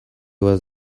was